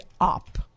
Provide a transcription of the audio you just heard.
up